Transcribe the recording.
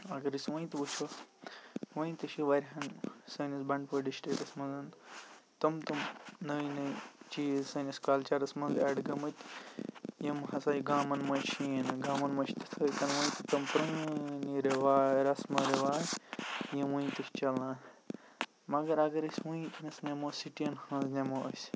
اَگَر أسۍ وۄنۍ تہِ وُچھو وۄنۍ تہِ چھِ واریاہ سٲنِس بَنٛڈپور ڈِسٹِکَس منٛز تِم تِم نٔے نٔے چیز سٲنِس کَلچَرَس منٛز ایٚڈ گٔمٕتۍ یِم ہَسا گامَن منٛز چِھیی نہٕ گامَن منٛز چھ تِتھَے کَنَۍ تم پرٲنۍ رِواج رَسمہٕ رِواج یِم وۄنۍ تہِ چھ چَلان مَگَر اَگَر ٲسہ ونکیٚنس نِمو سِٹِیَن ہنٛز نِمو أسۍ